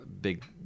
big